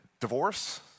divorce